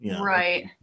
Right